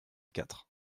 quatre